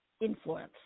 influence